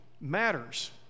matters